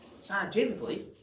Scientifically